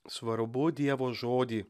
svarbu dievo žodį